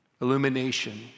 illumination